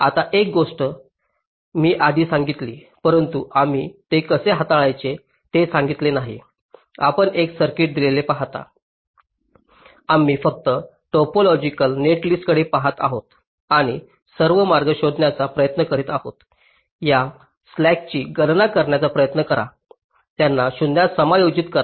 आता एक गोष्ट मी आधी सांगितली परंतु आम्ही ते कसे हाताळायचे ते सांगितले नाही आपण एक सर्किट दिलेले पाहता आम्ही फक्त टोपोलॉजिकल नेटलिस्टकडे पहात आहोत आणि सर्व मार्ग शोधण्याचा प्रयत्न करीत आहोत या स्लॅकची गणना करण्याचा प्रयत्न करा त्यांना शून्यात समायोजित करा